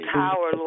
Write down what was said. power